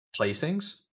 placings